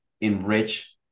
enrich